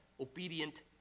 obedient